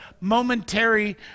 momentary